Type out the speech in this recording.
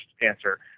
answer